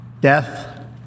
death